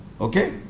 okay